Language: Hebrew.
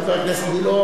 חבר הכנסת גילאון?